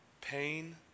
pain